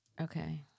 Okay